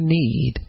need